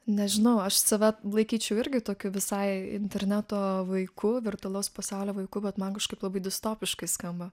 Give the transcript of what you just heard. nežinau aš save laikyčiau irgi tokiu visai interneto vaiku virtualaus pasaulio vaiku bet man kažkaip labai distopiškai skamba